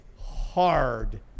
hard